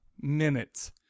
minutes